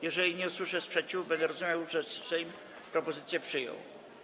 Jeżeli nie usłyszę sprzeciwu, będę rozumiał, że Sejm propozycję przyjął.